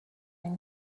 این